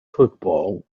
football